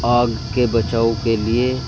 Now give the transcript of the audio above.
آگ کے بچاؤ کے لیے